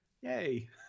Yay